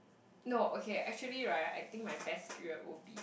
no okay actually right I think my best period would be